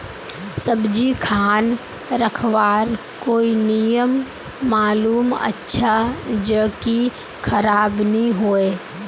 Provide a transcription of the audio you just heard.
सब्जी खान रखवार कोई नियम मालूम अच्छा ज की खराब नि होय?